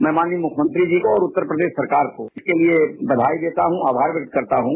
मैं माननीय मुख्यमंत्री जी को और क्राप्री सरकार को इसके लिये ब्याई देता हूं आमार व्यक्त करता हूं